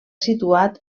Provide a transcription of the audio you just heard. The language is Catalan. situat